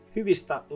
Hyvistä